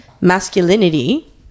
masculinity